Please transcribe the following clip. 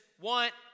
want